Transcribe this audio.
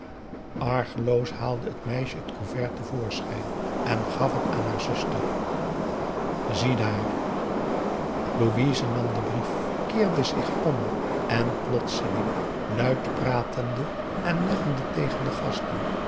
argeloos haalde het meisje t couvert te voorschijn en gaf t aan haar zuster ziedaar louise nam den brief keerde zich om en plotseling luid pratende en lachende tegen een der gasten